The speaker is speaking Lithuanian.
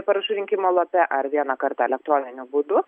parašų rinkimo lape ar vienąkart elektroniniu būdu